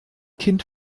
kind